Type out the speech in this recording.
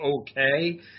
okay